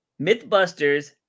Mythbusters